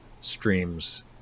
streams